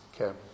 Okay